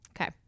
Okay